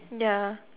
ya